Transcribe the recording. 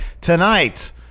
tonight